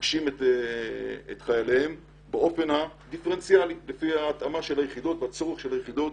פוגשים את חייליהם באופן הדיפרנציאלי לפי התאמת היחידות והצורך שלהן.